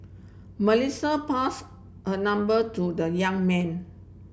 Melissa pass her number to the young man